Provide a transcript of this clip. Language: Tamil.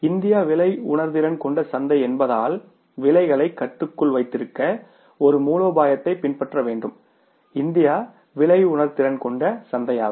இந்தியா ப்ரைஸ் சென்சடிவ் மார்க்கெட் என்பதால் விலைகளை கட்டுக்குள் வைத்திருக்க ஒரு மூலோபாயத்தை பின்பற்ற வேண்டும் இந்தியா ப்ரைஸ் சென்சடிவ் மார்க்கெட் யாகும்